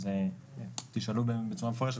אז תשאלו בצורה מפורשת,